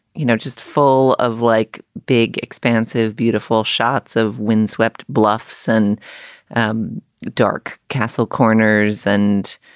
you know, just full of like big, expansive, beautiful shots of windswept bluffs and um dark castle corners and,